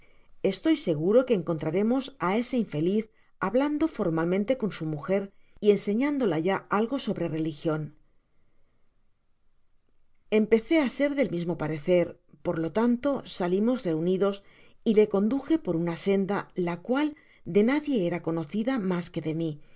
estoy seguro que encontraremos á ese infeliz hablando formato ente con su mujer y enseñándola ya algo sobre religion empecé ser del mismo parecer por lo tanto salimos reunidos y le conduje por una senda la eual de nadie era conocida mas que de mi